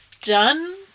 done